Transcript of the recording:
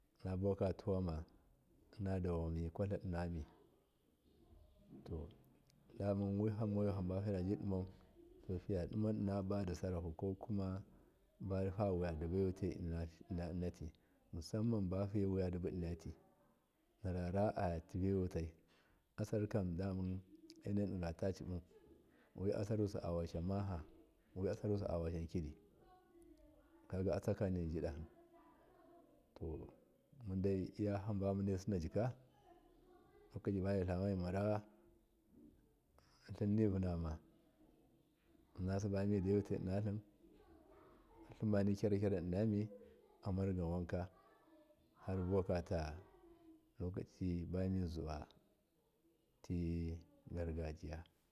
Innabuwaka tuwama inna dawanma nikwatla to damawihamoyi hunbadadabidinau to fiyadima innabasahu kokumumabana wudibai wutai inna ti musamman bafiye wiyatibu innati araraa tsigi ewutai abartkam dama emunaidigatacibu wi asarusaawashasham maha wiawashasham kidi kagu atsakani jidahi to mundai iyahamba munna sinajika lokacibamttama mimaranivunama tlin nivunama insibamide witai innatlim tlimmani gyaragyara innami arnargan Wanka harbuwa kata lokaci bamizuwa ti gar gajiya.